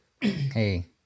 Hey